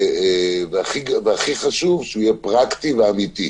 והכי חשוב שהוא יהיה פרקטי ואמיתי,